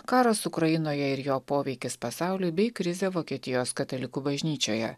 karas ukrainoje ir jo poveikis pasauliui bei krizė vokietijos katalikų bažnyčioje